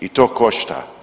I to košta.